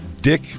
Dick